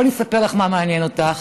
בואי אני אספר לך מה מעניין אותך: